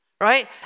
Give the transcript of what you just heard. right